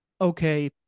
okay